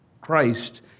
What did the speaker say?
Christ